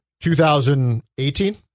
2018